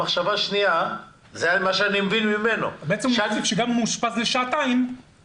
במחשבה שנייה --- בעצם גם אם אדם בא